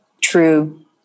true